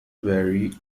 very